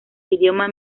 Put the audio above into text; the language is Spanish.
idioma